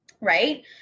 Right